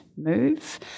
move